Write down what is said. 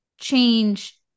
change